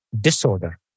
disorder